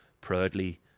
proudly